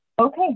okay